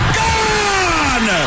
gone